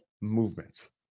movements